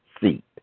Seat